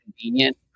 convenient